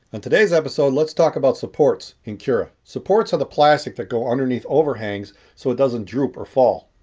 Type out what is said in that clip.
and today's episode let's talk about supports in cura. supports are the plastic that go underneath overhangs so it doesn't droop or fall.